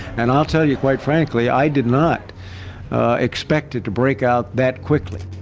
and i'll tell you quite frankly, i did not expect it to break out that quickly.